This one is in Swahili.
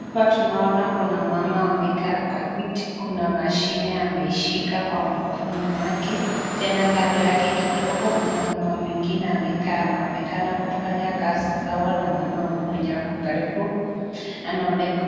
Hapa tunaona kuna mama amekaa kwa kiti, kuna mashine ameishika kwa mkononi mwake, tena kando yake kidogo kuna mama mwingine amekaa anaonekana kufanya kazi sawa na mama mwenye ako karibu